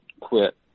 quit